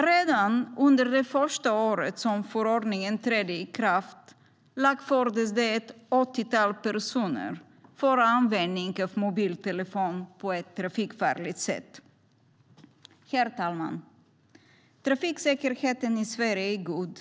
Redan under året då förordningen trädde i kraft lagfördes ett åttiotal personer för användning av mobiltelefon på ett trafikfarligt sätt. Herr talman! Trafiksäkerheten i Sverige är god.